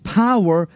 power